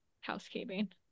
housekeeping